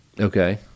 Okay